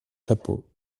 chapeaux